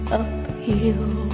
uphill